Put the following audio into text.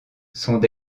sont